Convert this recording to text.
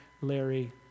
Larry